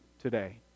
today